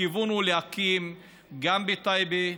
הכיוון הוא להקים גם בטייבה,